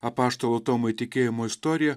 apaštalo tomo įtikėjimo istoriją